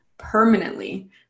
permanently